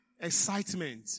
Excitement